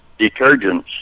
detergents